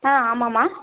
ஆ ஆமாம்மா